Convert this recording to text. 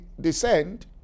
descend